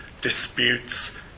disputes